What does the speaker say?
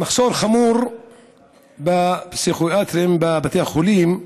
מחסור חמור בפסיכיאטרים בבתי החולים.